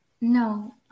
no